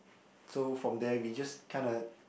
so from there we just kinda